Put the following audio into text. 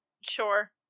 Sure